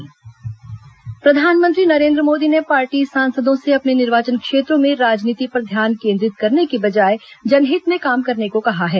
प्रधानमंत्री सांसद प्रधानमंत्री नरेन्द्र मोदी ने पार्टी सांसदों से अपने निर्वाचन क्षेत्रों में राजनीति पर ध्यान केन्द्रित करने की बजाय जनहित में काम करने को कहा है